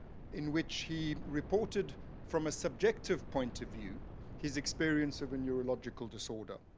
in which he reported from a subjective point of view his experience of a neurological disorder.